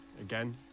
Again